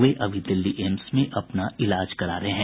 वे अभी दिल्ली एम्स में अपना इलाज करा रहे हैं